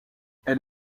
elle